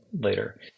later